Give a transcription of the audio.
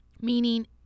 meaning